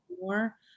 more